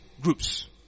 groups